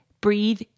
breathe